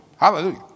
Hallelujah